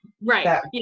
Right